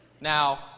Now